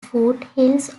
foothills